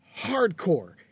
hardcore